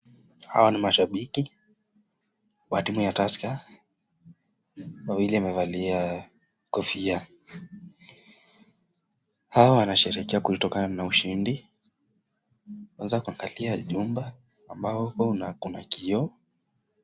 Hawa ni mashabiki wa timu ya Tusker. Wawili wamevalia kofia. Hawa wanasheherekea kulitokana na ushindi. Kwanza kuangalia jumba ambako kuna kioo.